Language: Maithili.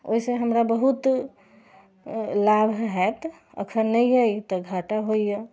ओहिसँ हमरा बहुत लाभ हैत अखन नहि अछि तऽ घाटा होइया